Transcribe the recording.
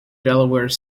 delaware